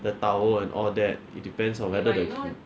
the towel and all that it depends on whether the